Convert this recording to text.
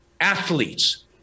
athletes